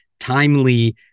timely